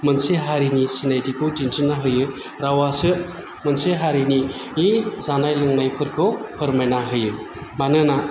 मोनसे हारिनि सिनायथिखौ दिन्थिना होयो रावासो मोनसे हारिनि जानाय लोंनायफोरखौ फोरमायना होयो मानोना